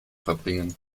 verbringen